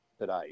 today